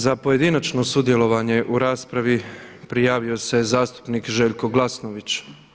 Za pojedinačno sudjelovanje u raspravi prijavio se zastupnik Željko Glasnović.